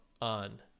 on